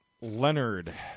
Leonard